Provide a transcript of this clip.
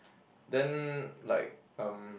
then like um